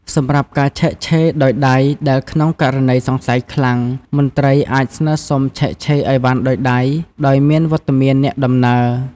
សម្រាប់ការឆែកឆេរដោយដៃដែលក្នុងករណីសង្ស័យខ្លាំង មន្ត្រីអាចស្នើសុំឆែកឆេរឥវ៉ាន់ដោយដៃ ដោយមានវត្តមានអ្នកដំណើរ។